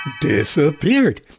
disappeared